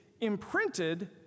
imprinted